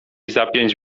zapiąć